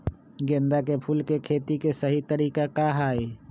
गेंदा के फूल के खेती के सही तरीका का हाई?